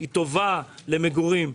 היא טובה למגורים,